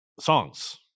Songs